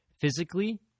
Physically